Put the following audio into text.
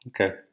Okay